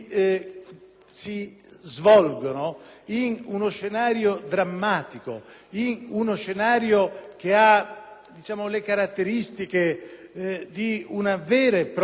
si svolge in uno scenario drammatico che ha le caratteristiche di una vera e propria